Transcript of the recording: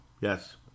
yes